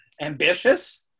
ambitious